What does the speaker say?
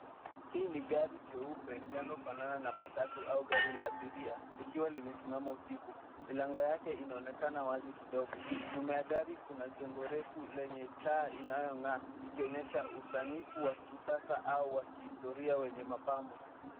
Hii ni gari jeupe linalofanana na matatu au gari la abiria, likiwa limesimama usiku .Milango yake inaonekana wazi kidogo, nyuma ya gari kuna jengo refu lenye taa inayong'aa ikionyesha usanifu wa kisasa au wa kihistoria wenye mapambo.